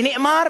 ונאמר: